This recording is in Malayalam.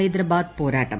ഹൈദരാബാദ് പോരാട്ടം